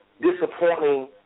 disappointing